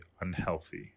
unhealthy